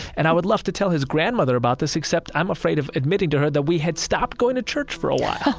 and i would love to tell his grandmother about this, except i'm afraid of admitting to her that we had stopped going to church for a while